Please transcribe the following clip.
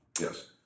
Yes